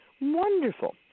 Wonderful